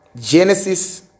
Genesis